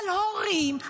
על הורים,